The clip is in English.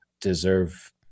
deserve